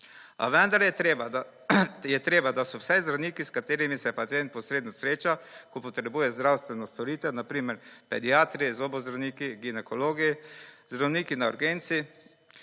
vendar je treba, da so vsaj zdravniki s katerimi se pacient posredno sreča, ko potrebuje zdravstveno storitev, na primer pediatri, zobozdravniki, ginekologi, zdravniki na urgenci,